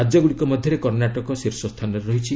ରାଜ୍ୟଗୁଡ଼ିକ ମଧ୍ୟରେ କର୍ଷାଟକ ଶୀର୍ଷ ସ୍ଥାନରେ ରହିଛି